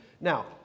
Now